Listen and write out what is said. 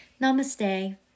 Namaste